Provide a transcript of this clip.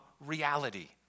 reality